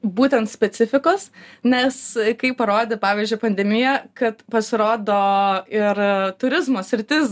būtent specifikos nes kaip parodė pavyzdžiui pandemija kad pasirodo ir turizmo sritis